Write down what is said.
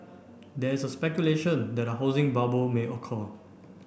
there is a speculation that a housing bubble may occur